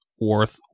worth